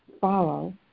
follow